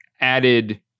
added